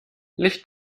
licht